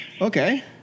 Okay